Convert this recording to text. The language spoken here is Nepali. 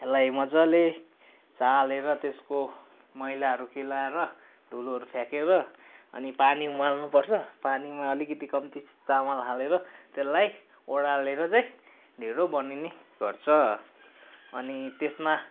यसलाई मज्जाले चालेर त्यसको मैलाहरू केलाएर धुलोहरू फ्याँकेर अनि पानी उमाल्नु पर्छ अनि पानीमा अलिकति कम्ति चामल हालेर त्यसलाई ओडालेर चाहिँ ढेँडो बनिने गर्छ अनि त्यसमा